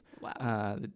Wow